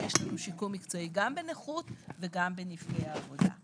גם בהמשך אורי ידבר על זה,